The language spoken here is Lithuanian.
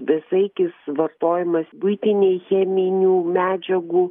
besaikis vartojimas buitinei cheminių medžiagų